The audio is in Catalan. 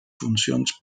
funcions